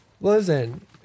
Listen